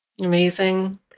Amazing